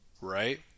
Right